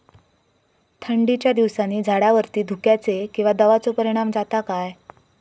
थंडीच्या दिवसानी झाडावरती धुक्याचे किंवा दवाचो परिणाम जाता काय?